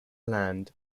land